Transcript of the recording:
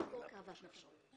יחקור כאוות נפשו.